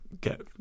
get